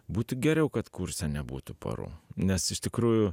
būtų geriau kad kurse nebūtų porų nes iš tikrųjų